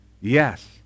Yes